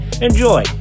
enjoy